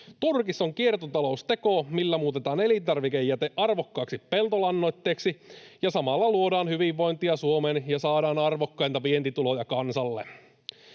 Turkis on kiertotalousteko, millä muutetaan elintarvikejäte arvokkaaksi peltolannoitteeksi, ja samalla luodaan hyvinvointia Suomeen ja saadaan arvokkaita vientituloja kansalle.